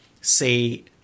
say